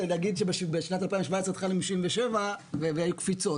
בשנת 2017 התחלנו עם 77 והיו קפיצות.